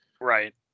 Right